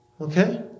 Okay